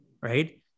right